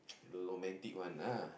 the romantic one lah